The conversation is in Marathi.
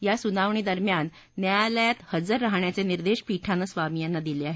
या सुनावणीदरम्यान न्यायालयात हजर राहण्याचे निर्देश पीठानं स्वामी यांना दिले आहेत